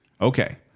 Okay